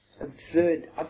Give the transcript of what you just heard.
absurd